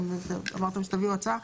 אמרתם שתביאו הצעה.